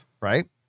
right